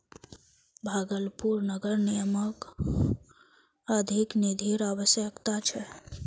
भागलपुर नगर निगमक अधिक निधिर अवश्यकता छ